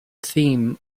theme